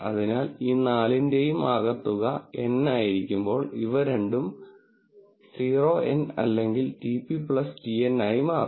അതിനാൽ ഈ നാലിന്റെയും ആകെത്തുക N ആയിരിക്കുമ്പോൾ ഇവ രണ്ടും 0 N ആണെങ്കിൽ TP TN ആയി മാറും